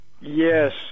yes